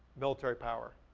military power,